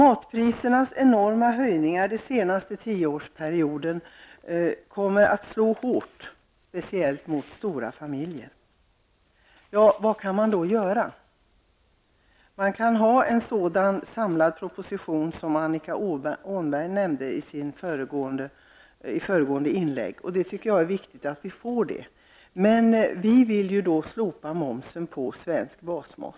Matprisernas enorma höjningar den senaste tioårsperioden kommer att slå hårt, speciellt mot stora familjer. Vad kan man då göra? Jag tycker att det är viktigt att vi får en sådan samlad proposition som Annika Åhnberg nämnde i föregående inlägg. Men vi vill ju slopa momsen på svensk basmat.